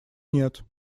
нет